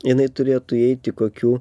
jinai turėtų įeiti kokių